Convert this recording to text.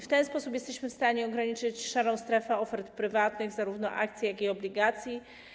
W ten sposób jesteśmy w stanie ograniczyć szarą strefę ofert prywatnych, zarówno akcji, jak i obligacji.